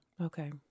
Okay